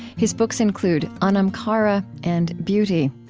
his books include anam cara and beauty.